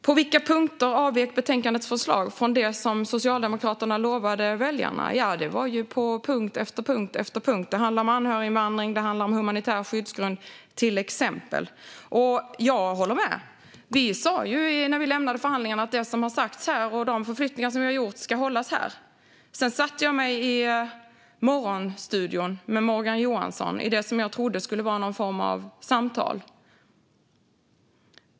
På vilka punkter avviker betänkandets förslag från det som Socialdemokraterna lovade väljarna? Det är ju på punkt efter punkt. Det handlar om anhöriginvandring och det handlade om humanitär skyddsgrund, till exempel. Jag håller med om att när vi lämnade förhandlingarna sa vi att det som hade sagts där och de förflyttningar som vi hade gjort skulle hållas där. Sedan satte jag mig i Morgonstudion med Morgan Johansson i det som jag trodde skulle vara någon form av samtal.